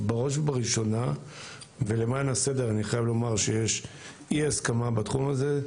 בראש ובראשונה ולמען הסדר אני חייב לומר שיש אי הסכמה בתחום הזה,